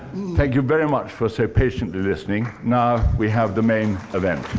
thank you very much for so patiently listening. now we have the main event.